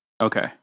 Okay